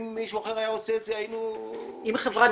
אם מישהו אחר היה עושה את זה היינו --- אם חברת